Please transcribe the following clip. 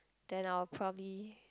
then I will probably